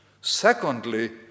secondly